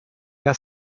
era